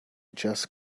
just